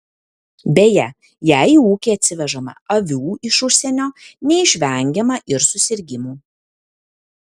beje jei į ūkį atsivežama avių iš užsienio neišvengiama ir susirgimų